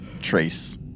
trace